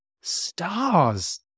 stars